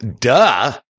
duh